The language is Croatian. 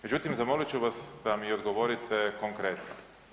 Međutim zamolit ću vas da mi odgovorite konkretno.